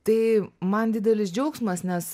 tai man didelis džiaugsmas nes